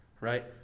Right